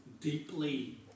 deeply